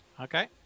Okay